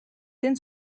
den